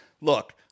Look